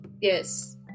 Yes